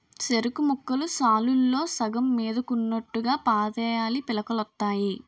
సెరుకుముక్కలు సాలుల్లో సగం మీదకున్నోట్టుగా పాతేయాలీ పిలకలొత్తాయి